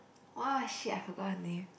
!wah! shit I forgot her name